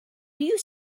you